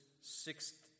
sixth